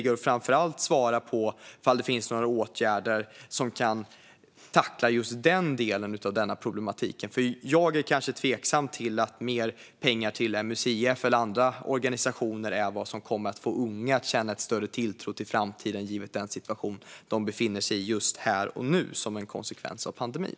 Jag skulle framför allt vilja höra henne svara på om det finns några åtgärder som kan tackla just denna del av problematiken, för jag är lite tveksam till att mer pengar till MUCF eller andra organisationer är vad som kommer att få unga att känna större tilltro till framtiden givet den situation de befinner sig i just här och nu som en konsekvens av pandemin.